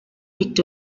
liegt